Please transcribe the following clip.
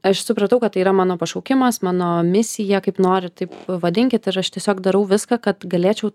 aš supratau kad tai yra mano pašaukimas mano misija kaip norit taip vadinkit ir aš tiesiog darau viską kad galėčiau